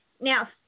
Now